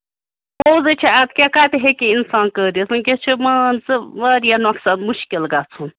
پوٚز ہَے چھُ اَدٕ کیٛاہ کَتہِ ہٮ۪کہِ اِنسان کٔرِتھ ؤنکٮ۪س چھُ مان ژٕ واریاہ نۄقصان مُشکِل گَژھان